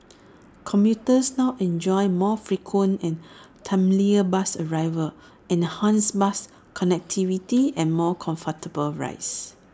commuters now enjoy more frequent and timelier bus arrivals enhanced bus connectivity and more comfortable rides